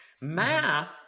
Math